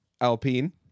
Alpine